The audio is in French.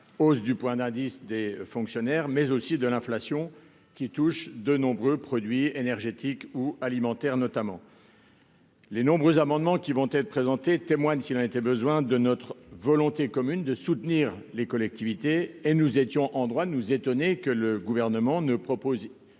du point d'indice des fonctionnaires et à l'inflation qui touche de nombreux produits énergétiques ou alimentaires. Les nombreux amendements qui vont être présentés témoignent, s'il en était besoin, de notre volonté commune de soutenir les collectivités. Nous étions en droit de nous étonner que le Gouvernement,